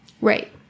Right